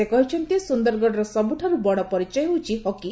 ସେ କହିଛନ୍ତି ସୁନ୍ଦରଗଡ଼ର ସବୁଠାରୁ ବଡ଼ ପରିଚୟ ହେଉଛି ହକି